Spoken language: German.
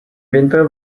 winter